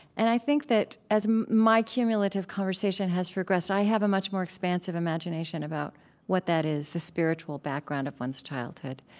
and i think that as my cumulative conversation has progressed, i have a much more expansive imagination about what that is, the spiritual background of one's childhood.